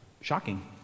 shocking